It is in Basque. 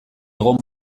egon